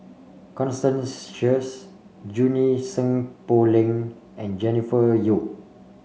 Constance Sheares Junie Sng Poh Leng and Jennifer Yeo